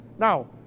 Now